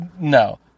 no